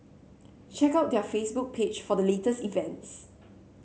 check out their Facebook page for the latest events